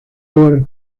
por